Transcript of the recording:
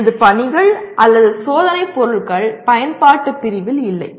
எனது பணிகள் அல்லது சோதனை பொருட்கள் பயன்பாடு பிரிவில் இல்லை